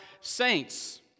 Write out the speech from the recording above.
saints